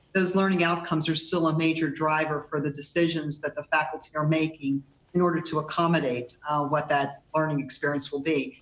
those learning outcomes are still a major driver for the decisions that the faculty are making in order to accommodate what that learning experience will be.